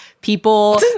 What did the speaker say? people